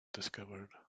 discovered